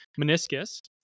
meniscus